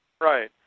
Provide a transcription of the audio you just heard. Right